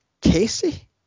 Casey